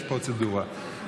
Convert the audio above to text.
יש פרוצדורה.